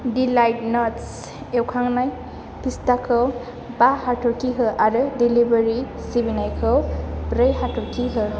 delight nuts एवखांनाय फिस्टाखौ बा हाथरखि हो आरो डेलिबारि सिबिनायखौ ब्रै हाथरखि हो